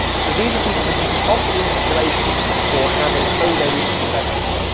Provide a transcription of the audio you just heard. so these are people this is the optimum population for having honed their route to perfection.